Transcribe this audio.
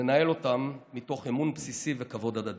ננהל אותן מתוך אמון בסיסי וכבוד הדדי.